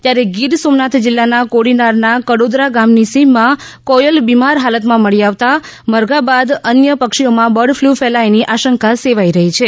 ત્યારે ગીર સોમનાથ જીલ્લાનાં કોડીનારનાં કડોદરા ગામની સીમમાં કોચલ બીમાર હાલતમાં મળી આવતાં મરઘા બાદ અન્ય પક્ષીઓમાં બર્ડફલ્ ફેલાયાની આશંકા સેવાઇ રહી છે